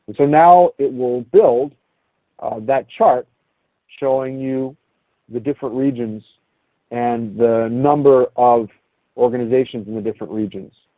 so now it will build that chart showing you the different regions and the number of organizations in the different regions.